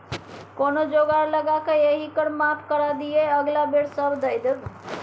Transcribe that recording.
कोनो जोगार लगाकए एहि कर माफ करा दिअ अगिला बेर सभ दए देब